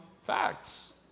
facts